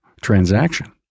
transaction